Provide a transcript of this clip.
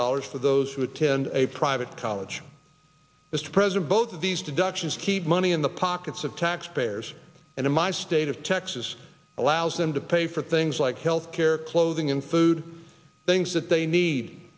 dollars for those who attend a private college mr president both of these deductions keep money in the pockets of taxpayers and in my state of texas allows them to pay for things like health care clothing and food things that they need